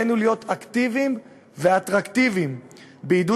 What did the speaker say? עלינו להיות אקטיביים ואטרקטיביים בעידוד